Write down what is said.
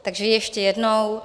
Takže ještě jednou.